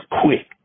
quick